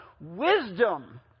Wisdom